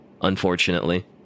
unfortunately